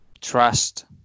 trust